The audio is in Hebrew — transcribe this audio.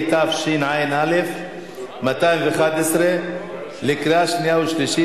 פחות כמעט ב-2% או יותר מ-2% מאשר היה עד היום.